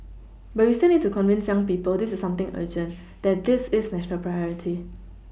but we still need to convince young people this is something urgent that this is national Priority